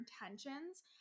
intentions